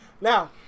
Now